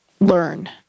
Learn